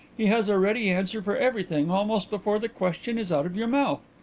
he has a ready answer for everything almost before the question is out of your mouth.